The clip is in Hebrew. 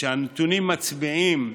והנתונים מצביעים,